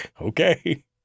Okay